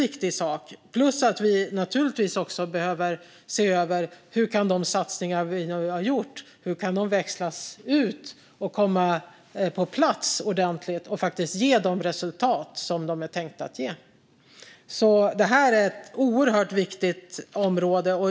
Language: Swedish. Dessutom behöver vi givetvis se över hur de satsningar vi har gjort kan växlas ut, komma på plats och ge de resultat som de är tänkta att ge. Det här är ett mycket viktigt område.